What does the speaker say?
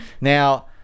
now